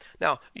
Now